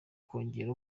kongera